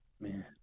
Man